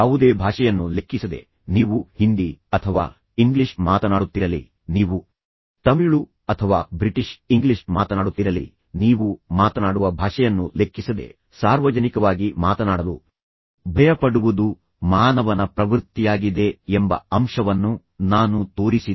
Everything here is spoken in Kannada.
ಯಾವುದೇ ಭಾಷೆಯನ್ನು ಲೆಕ್ಕಿಸದೆ ನೀವು ಹಿಂದಿ ಅಥವಾ ಇಂಗ್ಲಿಷ್ ಮಾತನಾಡುತ್ತಿರಲಿ ನೀವು ತಮಿಳು ಅಥವಾ ಬ್ರಿಟಿಷ್ ಇಂಗ್ಲಿಷ್ ಮಾತನಾಡುತ್ತಿರಲಿ ನೀವು ಮಾತನಾಡುವ ಭಾಷೆಯನ್ನು ಲೆಕ್ಕಿಸದೆ ಸಾರ್ವಜನಿಕವಾಗಿ ಮಾತನಾಡಲು ಭಯಪಡುವುದು ಮಾನವನ ಪ್ರವೃತ್ತಿಯಾಗಿದೆ ಎಂಬ ಅಂಶವನ್ನು ನಾನು ತೋರಿಸಿದೆ